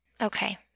okay